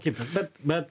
kitas bet bet